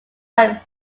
are